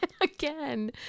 Again